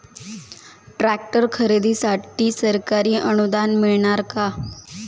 Tractor खरेदीसाठी सरकारी अनुदान मिळणार का?